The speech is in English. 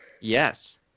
Yes